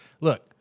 Look